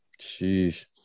sheesh